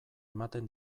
ematen